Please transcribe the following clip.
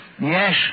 Yes